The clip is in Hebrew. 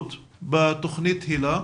ותלמידות בתוכנית היל"ה,